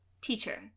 Teacher